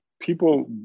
people